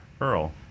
Earl